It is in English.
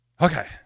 Okay